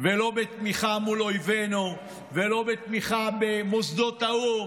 ולא בתמיכה מול אויבינו ולא בתמיכה מול מוסדות האו"ם.